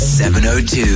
702